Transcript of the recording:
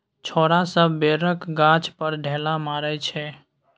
छौरा सब बैरक गाछ पर ढेला मारइ छै